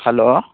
hello